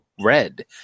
red